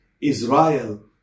Israel